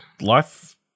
Life